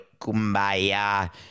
kumbaya